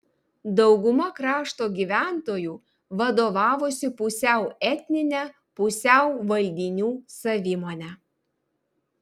dauguma krašto gyventojų vadovavosi pusiau etnine pusiau valdinių savimone